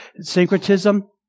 syncretism